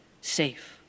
safe